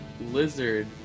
lizard